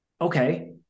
okay